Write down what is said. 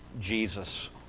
Jesus